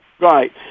Right